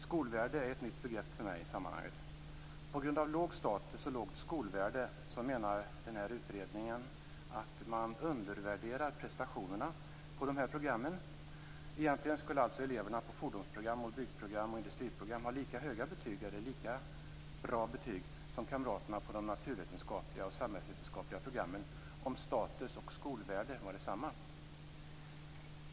"Skolvärde" är ett nytt begrepp för mig i sammanhanget. På grund av låg status och lågt skolvärde menar utredningen att man undervärderar prestationerna på programmen. Egentligen skulle eleverna på fordonsprogram, byggprogram och industriprogram ha lika bra betyg som kamraterna på de naturvetenskapliga och samhällsvetenskapliga programmen om status och skolvärde var desamma.